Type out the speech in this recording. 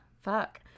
Fuck